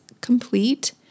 complete